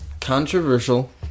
Controversial